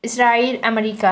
Israel America